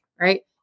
right